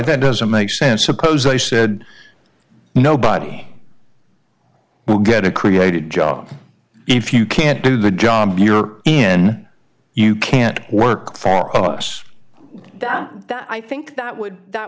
that doesn't make sense suppose i said nobody will get it created jobs if you can't do the job you're in you can't work for us i think that would that